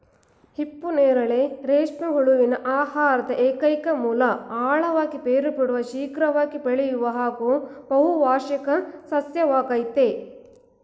ಹಿಪ್ಪುನೇರಳೆ ರೇಷ್ಮೆ ಹುಳುವಿನ ಆಹಾರದ ಏಕೈಕ ಮೂಲ ಆಳವಾಗಿ ಬೇರು ಬಿಡುವ ಶೀಘ್ರವಾಗಿ ಬೆಳೆಯುವ ಹಾಗೂ ಬಹುವಾರ್ಷಿಕ ಸಸ್ಯವಾಗಯ್ತೆ